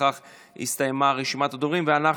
בכך הסתיימה רשימת הדוברים, ואנחנו,